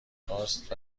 خواست